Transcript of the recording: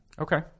Okay